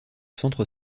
centre